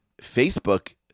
Facebook